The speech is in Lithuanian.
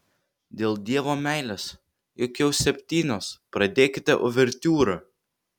dėl dievo meilės juk jau septynios pradėkite uvertiūrą